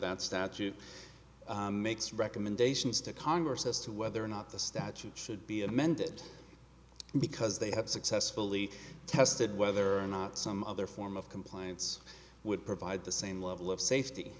that statute makes recommendations to congress as to whether or not the statute should be amended because they have successfully tested whether or not some other form of compliance would provide the same level of safety